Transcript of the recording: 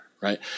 right